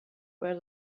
where